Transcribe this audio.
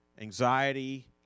anxiety